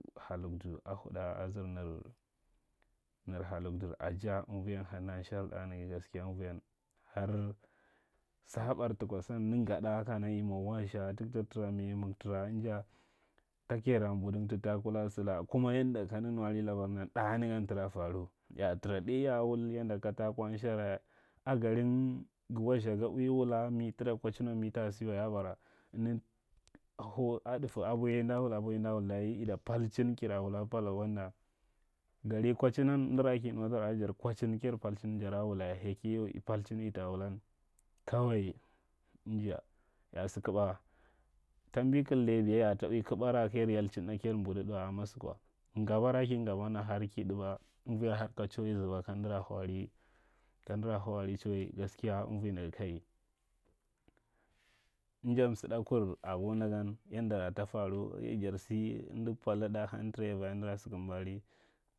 He lugdur a huɗa azur nir ha lugdur nja. Davugan kamda nshar ɗ naga gaskiya amuuyan har saɓar takiwa san amda nga ɗa kana yi mwa wastha takta tara maimik tara ania ta kira mbudan ta taku laka, salaka, kuma yadda kamda nuwari labagan ɗa nagan tara fam. Ya a tara dai ya wul yanda ka taku an shara. A garin ga wastha a wi wula mi tuta kwacinwa, mi tata sa wa. Nin hau akwa dafa, aboi ye amda wula aboi ye amda wula day ita palcin kara wula palaw amna, garin kwacimnan, amdara kiya nuwadar ara jar kwaci kajar palcin, dara wula yake yau i palcin ita wulan kawai inja ya a sa kaɓa ra ka ya a yuuh kaja mbuda ɗa wa. Amma sukwa, ngaba ra ka ngaba dan har ki ɗaba, anuuyan har ka chawai zuba kamdora ha ari- kamdara hau ari chawai. Gaskiya anuwi nda ga kai! Awa msiɗakur ago ndagan yandara ta fani yau jar sa amda pwalda dɗ har amda tamira amdara sakambari…